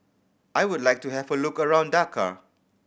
I would like to have a look around Dakar